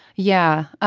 yeah.